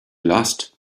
lost